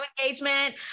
engagement